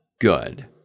good